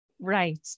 Right